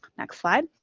next slide.